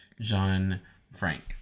Jean-Frank